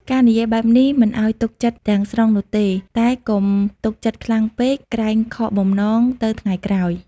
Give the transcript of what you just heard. ការនិយាយបែបនេះ មិនអោយទុកចិត្តទាំងស្រុងនោះទេ តែកុំទុកចិត្តខ្លាំងពេក ក្រែងខកបំណងទៅថ្ងៃក្រោយ។